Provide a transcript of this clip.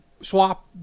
swap